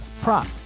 prop